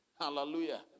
Hallelujah